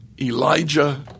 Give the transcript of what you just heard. Elijah